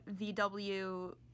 vw